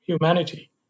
Humanity